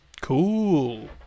Cool